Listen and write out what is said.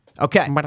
Okay